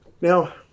Now